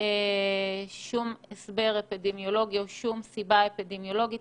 הסבר אפידמיולוגי או שום סיבה אפידמיולוגית